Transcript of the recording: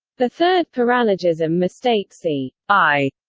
the third paralogism mistakes the i,